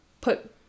put